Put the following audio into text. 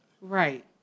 Right